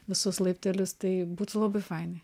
visus laiptelius tai būtų labai fainai